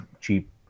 cheap